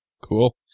Cool